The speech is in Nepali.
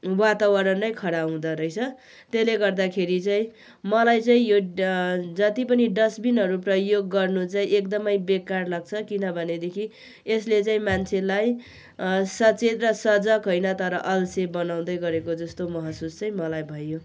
वातावरणै खडा हुँदोरहेछ त्यसले गर्दाखेरि चाहिँ मलाई चाहिँ यो जति पनि डस्टबिनहरू प्रयोग गर्नु चाहिँ एकदमै बेकार लाग्छ किनभनेदेखि यसले चाहिँ मान्छेलाई सचेत र सजक होइन तर अल्छे बनाउँदै गरेको जस्तो महसुस चाहिँ मलाई भयो